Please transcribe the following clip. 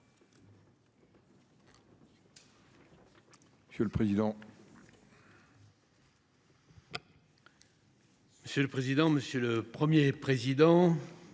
Monsieur le président, monsieur le Premier président,